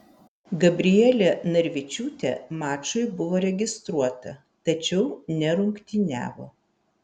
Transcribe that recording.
gabrielė narvičiūtė mačui buvo registruota tačiau nerungtyniavo